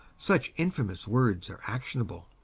such infamous words are actionable.